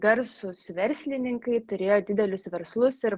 garsūs verslininkai turėjo didelius verslus ir